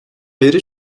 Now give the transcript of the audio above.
beri